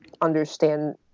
understand